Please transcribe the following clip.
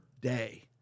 day